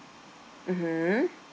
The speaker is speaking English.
mmhmm